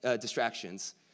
distractions